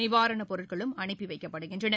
நிவாரணப் பொருட்களும் அனுப்பி வைக்கப்படுகின்றன